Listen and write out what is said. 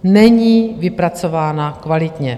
Není vypracována kvalitně.